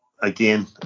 again